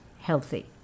healthy